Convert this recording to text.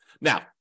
Now